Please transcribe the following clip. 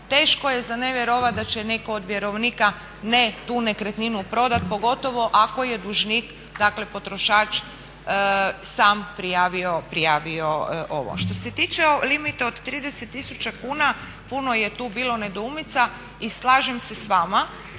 teško je za nevjerovat da će netko od vjerovnika ne tu nekretninu prodat, pogotovo ako je dužnik dakle potrošač sam prijavio ovo. Što se tiče limita od 30 000 kuna, puno je tu bilo nedoumica i slažem se s vama